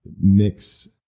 mix